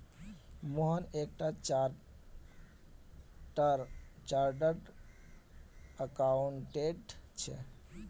मोहन एक टा chartered accountant छे